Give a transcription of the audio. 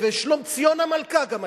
ושלומציון המלכה גם היתה.